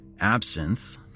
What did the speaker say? Absinthe